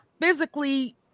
physically